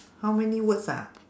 how many words ah